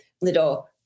little